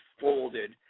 folded